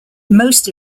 most